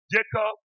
Jacob